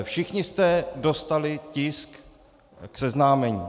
Všichni jste dostali tisk k seznámení.